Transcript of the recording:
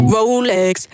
Rolex